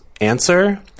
answer